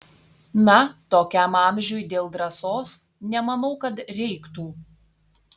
na tokiam amžiuj dėl drąsos nemanau kad reiktų